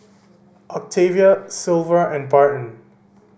Octavia Silver and Barton